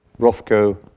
Rothko